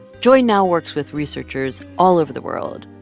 joy now works with researchers all over the world.